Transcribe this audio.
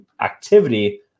activity